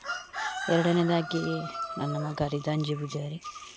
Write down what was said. ಎರಡನೇದಾಗೀ ನನ್ನಮ್ಮ ಗರಿದಾಂಜಿ ಪೂಜಾರಿ